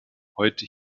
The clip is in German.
heute